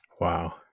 Wow